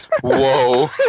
Whoa